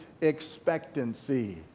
expectancy